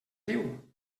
diu